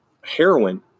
heroin